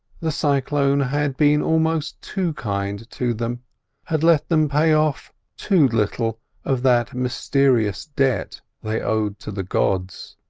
the cyclone had been almost too kind to them had let them pay off too little of that mysterious debt they owed to the gods.